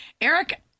Eric